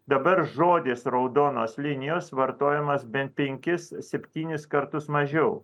dabar žodis raudonos linijos vartojamas bent penkis septynis kartus mažiau